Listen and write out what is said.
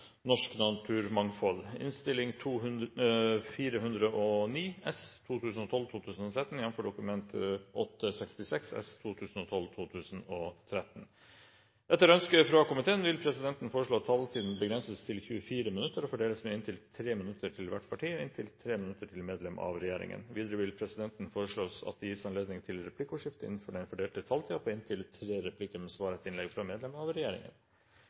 vil presidenten foreslå at taletiden begrenses til 24 minutter og fordeles med inntil 3 minutter til hvert parti og inntil 3 minutter til medlem av regjeringen. Videre vil presidenten foreslå at det gis anledning til replikkordskifte på inntil fem replikker med svar etter innlegg fra medlem av regjeringen